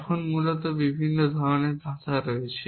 এখন মূলত বিভিন্ন ধরণের ভাষা রয়েছে